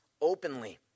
openly